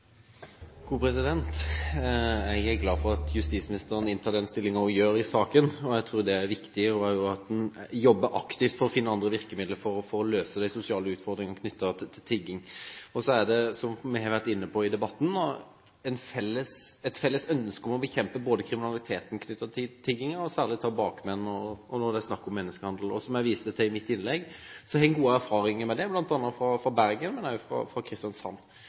glad for at justisministeren inntar den holdningen hun gjør i saken, og jeg tror det er viktig å jobbe aktivt for å finne andre virkemidler for å løse de sosiale utfordringene som er knyttet til tigging. Det er – som vi har vært inne på i debatten – et felles ønske om å bekjempe både kriminaliteten som er knyttet til tigging og særlig å ta bakmennene, også når det er snakk om menneskehandel. Man har gode erfaringer med dette, bl.a. fra Bergen og Kristiansand, som jeg viste til i mitt innlegg.